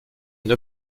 une